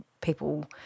people